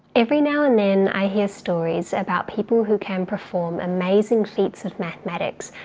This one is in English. every now and then i hear stories about people who can perform amazing feats of mathematics,